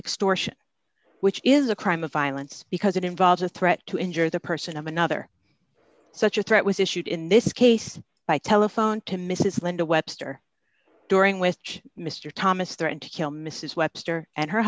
extortion which is a crime of violence because it involves a threat to injure the person of another such a threat was issued in this case by telephone to misess linda webster during which mister thomas threatened to kill misess webster and her